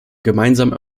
gemeinsamen